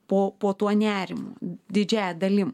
po po tuo nerimu didžiąja dalim